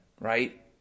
right